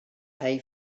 pay